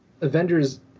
avengers